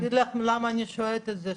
אני אגיד לך למה אני שואלת את זה.